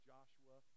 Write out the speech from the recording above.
Joshua